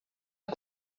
tot